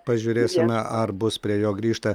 pažiūrėsime ar bus prie jo grįžta